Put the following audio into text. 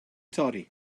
torri